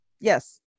yes